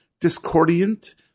Discordiant